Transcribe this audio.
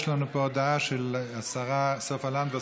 יש לנו פה הודעה של השרה סופה לנדבר,